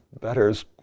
betters